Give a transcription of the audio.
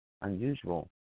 unusual